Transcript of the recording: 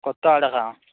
కొత్త ఆర్డర్